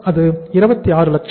அது 26 லட்சம்